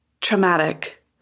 traumatic